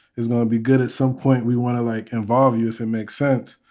it's going to be good at some point. we want to, like, involve you if it makes sense.